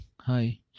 Hi